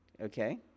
Okay